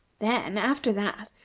then, after that,